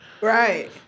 Right